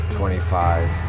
Twenty-five